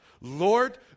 Lord